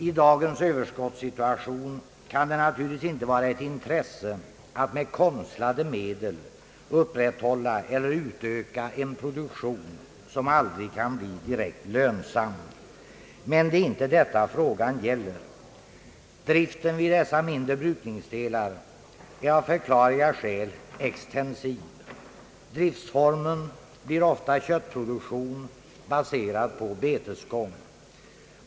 I dagens överskottssituation kan det naturligtvis inte vara ett intresse att med konstlade medel upprätthålla eller utöka en produktion, som aldrig kan bli direkt lönsam. Men det är inte detta frågan gäller. Driften vid dessa mindre brukningsdelar är av förklarliga skäl extensiv. Driftsformen blir ofta köttproduktion, baserad på betesgång.